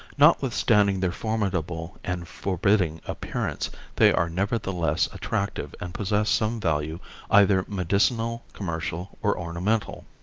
notwithstanding their formidable and forbidding appearance they are nevertheless attractive and possess some value either medicinal, commercial or ornamental.